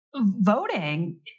voting